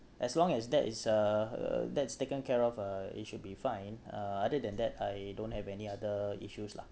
as long as that is uh that's taken care of uh it should be fine uh other than that I don't have any other issues lah